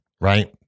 right